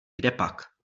kdepak